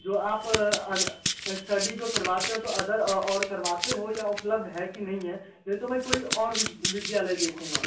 जो आप स्टडी जो करवाते हों तो अदर और करवाते हो या उपलब्ध है कि नहीं है या तो मैं कोई और विद्यालय देखूँगा